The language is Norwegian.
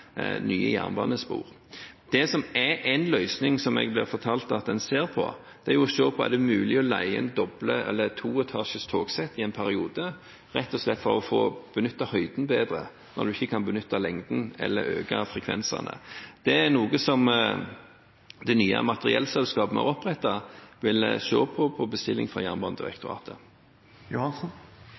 nye jernbanespor. Det som er en løsning som jeg blir fortalt at en ser på, er om det er mulig å leie inn toetasjers togsett i en periode rett og slett for å få benyttet høyden bedre når en ikke kan benytte lengden eller øke frekvensene. Det er noe som det nye materiellselskapet vi har opprettet, vil se på på bestilling fra Jernbanedirektoratet.